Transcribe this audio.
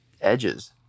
edges